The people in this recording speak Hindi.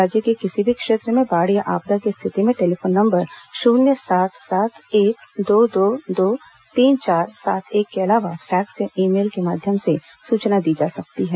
राज्य के किसी भी क्षेत्र में बाढ़ या आपदा की स्थिति में टेलीफोन नंबर शून्य सात सात एक दो दो दो तीन चार सात एक के अलावा फैक्स या ई मेल के माध्यम से सूचना दी जा सकती है